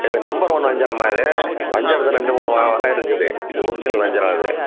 இது number one வஞ்சிரம்மா இது வஞ்சிரத்தில் ரெண்டு மூணு வா வகை இருக்குது இது ஒரிஜினல் வஞ்சிரம் இது